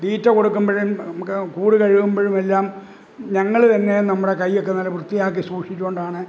തീറ്റ കൊടുക്കുമ്പോഴും ഒക്കെ കൂട് കഴുകുമ്പോഴുമെല്ലാം ഞങ്ങള് തന്നെ നമ്മുടെ കയ്യൊക്കെ നല്ല വൃത്തിയാക്കി സൂക്ഷിച്ചുകൊണ്ടാണ്